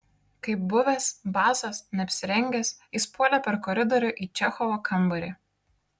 kaip buvęs basas neapsirengęs jis puolė per koridorių į čechovo kambarį